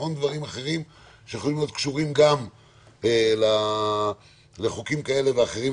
לבחון דברים אחרים שיכולים להיות קשורים גם לחוקים כאלה ואחרים,